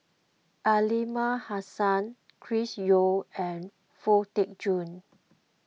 Aliman Hassan Chris Yeo and Foo Tee Jun